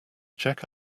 check